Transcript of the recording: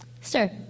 Sir